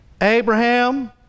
Abraham